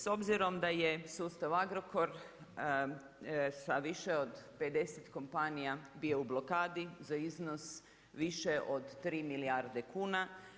S obzirom da je sustav Agrokor sa više od 50 kompanija, bio u blokadi, za iznos više od 3 milijarde kuna.